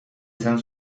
izan